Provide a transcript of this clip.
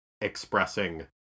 expressing